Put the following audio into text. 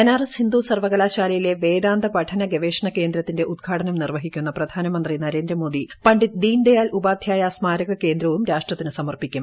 ബനാറസ് ഹിന്ദു സർവ്വകലാശാലയിലെ വേദാന്ത പഠന ഗവേഷണ കേന്ദ്രത്തിന്റെ ഉദ്ഘാടനം നിർവ്വഹിക്കുന്ന പ്രധാനമന്ത്രിൂ നരേന്ദ്രമോദി പണ്ഡിറ്റ് ദീനദയാൽ ഉപാധ്യായ സ്മാരക കേന്ദ്രവ്വും ്രാഷ്ട്രത്തിന് സമർപ്പിക്കും